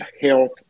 health